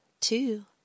two